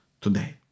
today